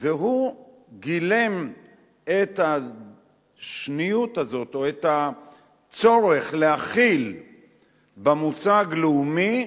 והוא גילם את השניות הזאת או את הצורך להכיל במושג "לאומי"